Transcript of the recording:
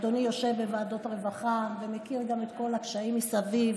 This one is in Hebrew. אדוני יושב בוועדות רווחה ומכיר גם את כל הקשיים מסביב.